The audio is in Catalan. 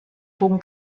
punt